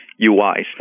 UIs